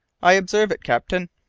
i observe it, captain.